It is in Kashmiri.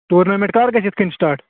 ٹورنامٮ۪نٛٹ کَر گژھِ یِتھ کٔنۍ سِٹاٹ